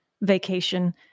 vacation